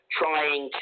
trying